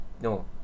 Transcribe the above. No